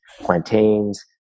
plantains